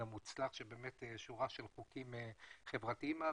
המוצלח שהעביר שורה של חוקים חברתיים.